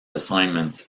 assignments